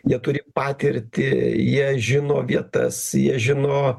jie turi patirtį jie žino vietas jie žino